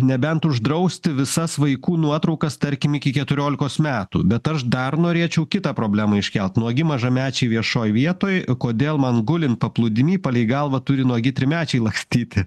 nebent uždrausti visas vaikų nuotraukas tarkim iki keturiolikos metų bet aš dar norėčiau kitą problemą iškelt nuogi mažamečiai viešoj vietoj kodėl man gulint paplūdimy palei galvą turi nuogi trimečiai lakstyti